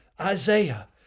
Isaiah